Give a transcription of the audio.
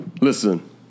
Listen